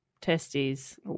testes